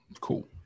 cool